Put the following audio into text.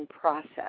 process